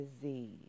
disease